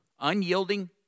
Unyielding